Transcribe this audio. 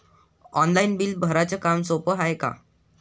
Online bill भराच काम सोपं हाय का?